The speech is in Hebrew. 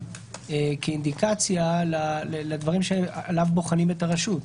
כאינדיקציה לדברים שעליהם בוחנים את הרשות,